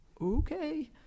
okay